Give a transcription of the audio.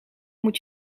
moet